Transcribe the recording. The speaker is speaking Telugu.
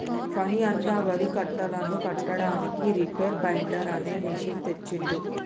ఫణి అన్న వరి కట్టలను కట్టడానికి రీపేర్ బైండర్ అనే మెషిన్ తెచ్చిండు